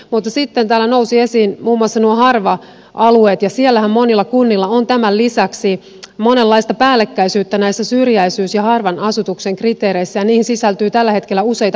mutta sitten täällä nousi esiin muun muassa nuo harva alueet ja siellähän monilla kunnilla on tämän lisäksi monenlaista päällekkäisyyttä näissä syrjäisyys ja harvan asutuksen kriteereissä ja niihin sisältyy tällä hetkellä useita porrastuksia